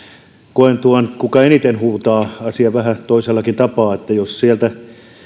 koen tuon kuka eniten huutaa asian vähän toisellakin tapaa eli jos sieltä